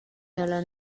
dalla